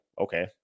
okay